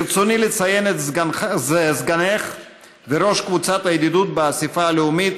ברצוני לציין את סגנך וראש קבוצת הידידות באספה הלאומית,